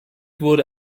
wurde